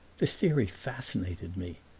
this theory fascinated me,